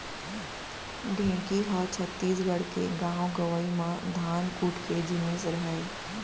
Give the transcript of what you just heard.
ढेंकी ह छत्तीसगढ़ के गॉंव गँवई म धान कूट के जिनिस रहय